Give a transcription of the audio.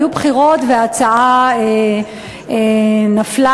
היו בחירות וההצעה נפלה,